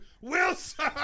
wilson